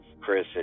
Chris